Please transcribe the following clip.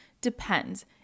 depends